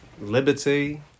Liberty